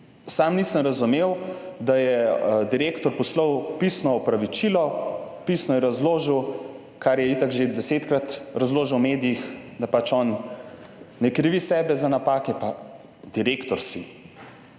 (nadaljevanje) da je direktor poslal pisno opravičilo. Pisno je razložil, kar je itak že desetkrat razložil v medijih, da pač on ne krivi sebe za napake, pa direktor si